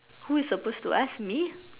who is suppose to ask me